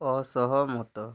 ଅସହମତ